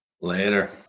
Later